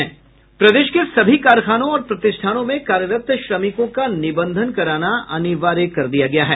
प्रदेश के सभी कारखानों और प्रतिष्ठानों में कार्यरत श्रमिकों का निबंधन कराना अनिवार्य कर दिया गया है